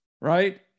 right